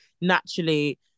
naturally